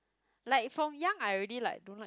like from young I already like don't like